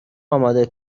اماده